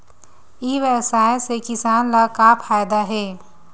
ई व्यवसाय से किसान ला का फ़ायदा हे?